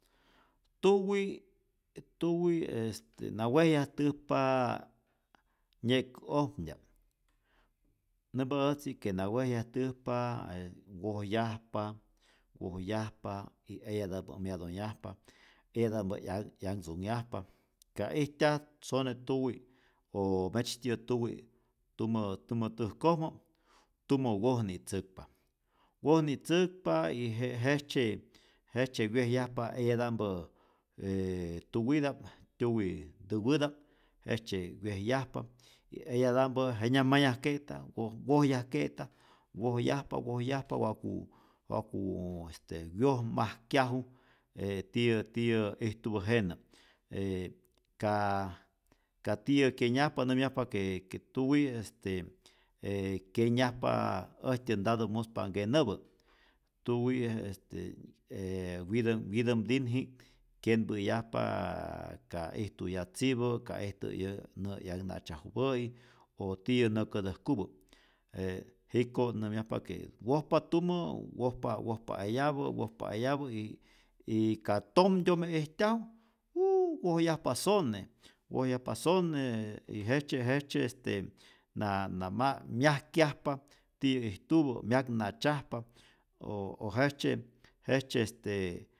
Tuwi tuwi este na wejyajtäjpa nyekä'ojmtya'p, nämpa äjtzi que na wejyajtäjpa e wojyajpa wojyajpa y eyata'mpä' myatonhyajpa, eyata'mpä 'yanh 'yantzonhyjapa, ka ijtyaj sone tuwi o metzytyiyä tuwi tumä tumä täjkojma, tumä wojni'tzäkpa, wojni'tzäkpa y je jejtzye jejtzye wyejyajpa eyata'mpä e tuwita'p, tyuwitäwäta'p jejtzye wyejyajpa y eyata'mpä' jenya'p mayajke'ta woj wojyajke'ta, wojyajpa wojyajpa wa'ku waku este wyojmajkyaju e tiyä tiyä ijtupä jenä', e ka tiyä kyenyajpa namyäjpa que que tuwi' este e kyenyajpa äjtyä ntata muspa nkenäpä, tuwi e este witämtinji'k kyenpäyajpa ka ijtu 'yatzipä, ka ijtu iyä' nä 'yaknatzyajupä'i, o tiyä nä kätäjkupä e jiko' nämyajpa que wojpa tumä, wojpa wojpa eyapä' wojpa eyapä y y ka tomtyome ijtyaju juuu wojyajpa sone, wojyajpa sone y jejtzye jejtzye este na ma' myajkyajpa tiyä ijtupä, myakna'tzyajpa o jejtzye jejtzye este